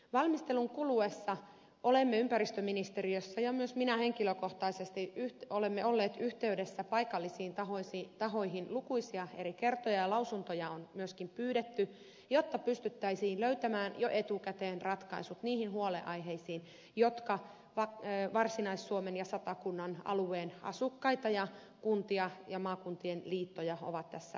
valmistelun kuluessa olemme ympäristöministeriössä ja myös minä henkilökohtaisesti olleet yhteydessä paikallisiin tahoihin lukuisia eri kertoja ja lausuntoja on myöskin pyydetty jotta pystyttäisiin löytämään jo etukäteen ratkaisut niihin huolenaiheisiin jotka varsinais suomen ja satakunnan alueen asukkaita ja kuntia ja maakuntien liittoja ovat tässä huolettaneet